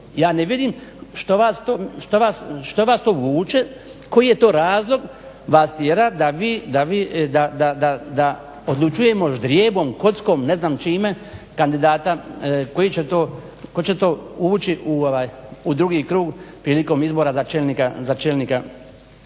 Ja ne vidim što vas to vuče, koji je to razlog vas tjera, da odlučujemo ždrijebom, kockom, ne znam čime tko će ući u drugi krug prilikom izbora za čelnika